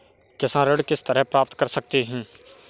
किसान ऋण किस तरह प्राप्त कर सकते हैं?